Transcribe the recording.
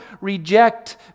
reject